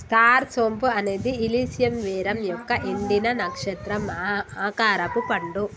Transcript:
star సోంపు అనేది ఇలిసియం వెరమ్ యొక్క ఎండిన, నక్షత్రం ఆకారపు పండు